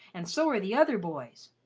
and so are the other boys.